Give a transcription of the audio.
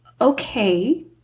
Okay